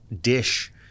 dish